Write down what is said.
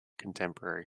contemporary